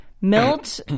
Milt